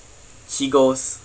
she goes